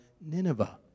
Nineveh